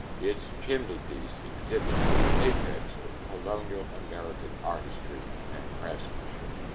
its chimneypiece exhibits the apex of colonial american artistry and craftsmanship.